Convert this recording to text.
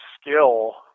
skill